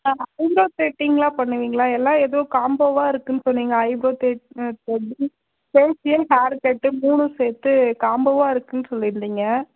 ஆ eyebrow த்ரெட்டிங்கெலாம் பண்ணுவீங்களா எல்லாம் ஏதோ காம்போவா இருக்குதுன்னு சொன்னீங்க ஐப்ரோ த்ரெ த்ரெட்டிங் ஃபேஷியல் ஹேர்கட்டு மூணும் சேர்த்து காம்போவாக இருக்குதுன்னு சொல்லியிருந்தீங்க